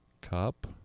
cup